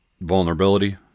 vulnerability